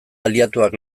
aliatuak